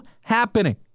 happening